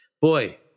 boy